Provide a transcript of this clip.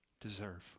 deserve